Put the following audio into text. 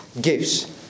gifts